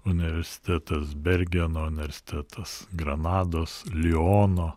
universitetas bergeno universitetas granados liono